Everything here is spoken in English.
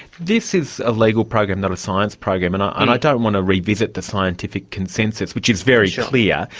this is a legal program, not a science program, and i and i don't want to revisit the scientific consensus, which is very clear.